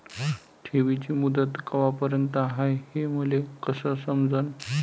ठेवीची मुदत कवापर्यंत हाय हे मले कस समजन?